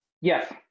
Yes